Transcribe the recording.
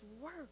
work